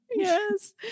Yes